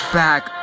back